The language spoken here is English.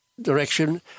direction